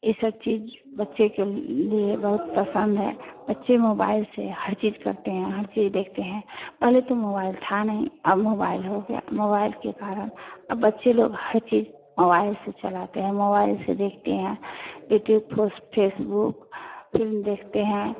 ई सब चीज़ बच्चे के ल लिए बहुत पसन्द हैं बच्चे मोबाइल से हर चीज़ करते हैं हर चिज़ देखते हैं पहले तो मोबाइल था नहीं अब मोबाइल हो गया मोबाइल के कारण अब बच्चे लोग हर चीज़ मोबाइल से चलाते हैं मोबाइल से देखते हैं युट्यूब फोस फेसबुक फिल्म देखते हैं